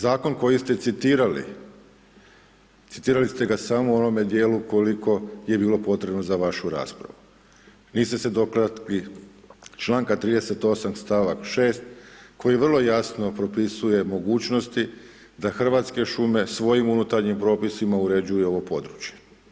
Zakon koji ste citirali, citirali ste ga samo u onome dijelu koliko je bilo potrebno za vašu raspravu, niste se dotakli članka 38., stavak 6., koji vrlo jasno propisuje mogućnosti da Hrvatske šume svojim unutarnjim propisima uređuje ovo područje.